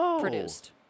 produced